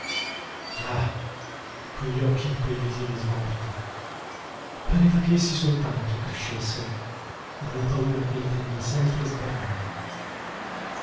ah quegli occhi in quei visini smorti pareva che essi soltanto crescessero dalla paura che li teneva sempre sbarrati